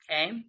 okay